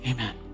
Amen